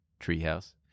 Treehouse